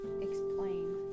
explain